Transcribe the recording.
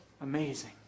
Amazing